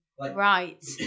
right